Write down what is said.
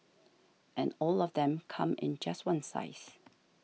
and all of them come in just one size